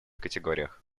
категориях